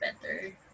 better